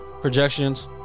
projections